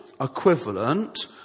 equivalent